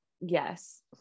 Yes